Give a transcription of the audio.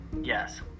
Yes